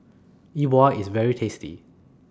E Bua IS very tasty